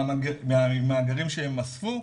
ממאגרים שהם אספו,